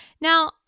Now